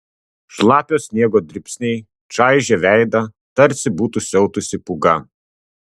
šlapio sniego dribsniai čaižė veidą tarsi būtų siautusi pūga